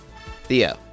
Theo